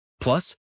Plus